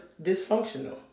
dysfunctional